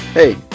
Hey